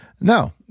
No